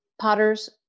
Potters